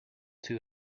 too